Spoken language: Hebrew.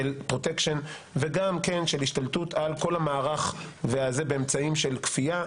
של פרוטקשן וגם כן של השתלטות על כל המערך באמצעים של כפייה,